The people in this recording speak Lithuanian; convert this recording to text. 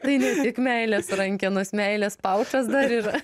tai ne tik meilės rankenos meilės paučas dar yra